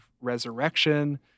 resurrection